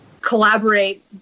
collaborate